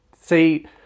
See